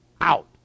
out